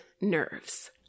nerves